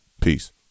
peace